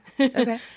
Okay